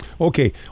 Okay